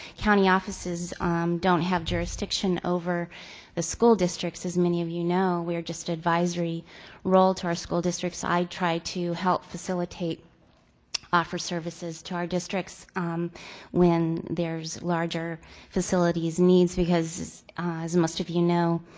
county offices don't have jurisdiction over the school districts as many of you know. we're just an advisory role to our school districts. i try to help facilitate offer services to our districts when there's larger facilities needs because as most of you know,